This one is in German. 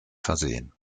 versehen